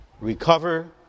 recover